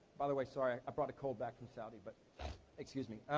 by the way, sorry. i brought a cold back from saudi, but excuse me.